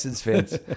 fans